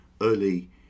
early